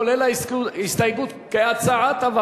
כולל ההסתייגות,